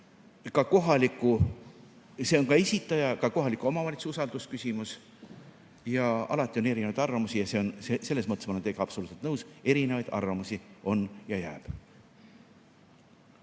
Nii et see on ka esitaja ja kohaliku omavalitsuse usaldusküsimus. Alati on erinevaid arvamusi, ja selles mõttes olen teiega absoluutselt nõus: erinevaid arvamusi on ja jääb.